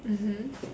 mmhmm